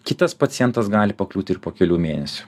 kitas pacientas gali pakliūti ir po kelių mėnesių